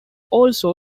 also